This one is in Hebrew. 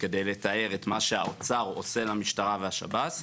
כדי לתאר את מה שהאוצר עושה למשטרה ולשב"ס,